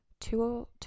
two